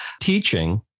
teaching